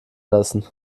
lassen